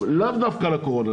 ולאו דווקא לקורונה,